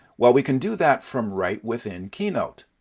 well, we can do that from right within keynote.